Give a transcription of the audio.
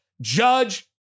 Judge